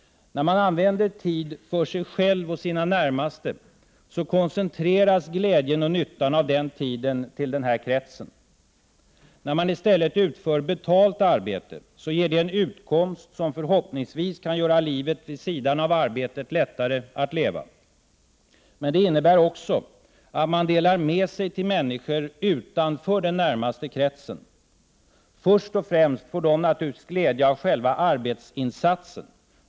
När man använder tid för sig själv och sina närmaste koncentreras glädjen och nyttan av den tiden till denna krets. När man i stället utför betalt arbete ger det en utkomst som förhoppningsvis kan göra livet vid sidan av arbetet lättare att leva. Men det innebär också att man delar med sig till människor utanför den närmaste kretsen. Först och främst får dessa naturligtvis glädje av själva arbetsinsatsen.